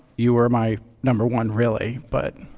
you were my number one, really, but